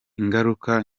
ingaruka